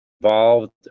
involved